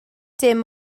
dim